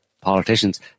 politicians